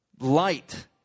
Light